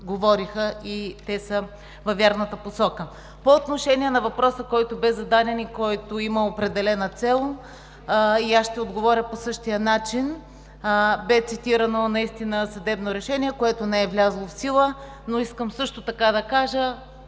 и са във вярната посока. По отношение на въпроса, който бе зададен и има определена цел, ще отговоря по същия начин. Бе цитирано съдебно решение, което не е влязло в сила. Също така искам да кажа,